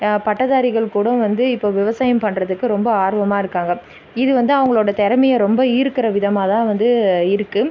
பட்டதாரிகள் கூட வந்து இப்போ விவசாயம் பண்ணுறதுக்கு ரொம்ப ஆர்வமாக இருக்காங்க இது வந்து அவங்களோட திறமைய ரொம்ப ஈர்க்கிற விதமாகதான் வந்து இருக்கு